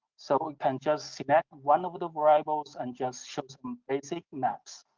so we can just select one of the variables and just show some basic maps.